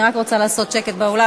אני רק רוצה לעשות שקט באולם.